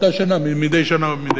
מדי שנה בשנה,